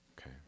okay